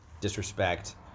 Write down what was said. disrespect